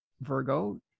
Virgo